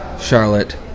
Charlotte